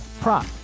prop